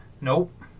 Nope